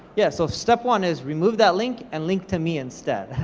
yeah, so step one is remove that link and link to me instead,